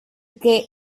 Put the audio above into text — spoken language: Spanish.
que